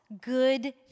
good